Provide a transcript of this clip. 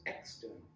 external